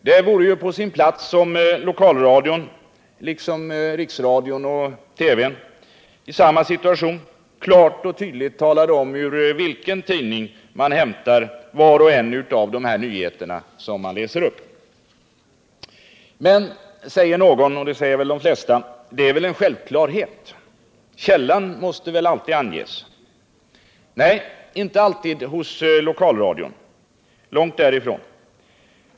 Det vore på sin plats om lokalradion — liksom riksradion och televisionen i samma situation — klart och tydligt talade om ur vilken tidning man hämtar var och en av de nyheter som man läser upp. Men, säger någon — och det säger kanske de flesta — det är väl en självklarhet; källan måste väl alltid anges? Nej, inte alltid hos lokalradion, långt därifrån!